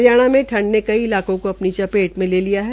हरियाणा में ठंड ने कई इलाकों को अपनी चपेट में ले लिया है